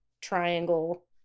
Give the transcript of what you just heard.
triangle